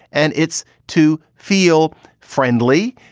and it's to feel friendly.